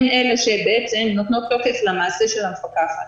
הן אלה שבעצם נותנות תוקף למעשה של המפקחת.